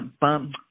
bum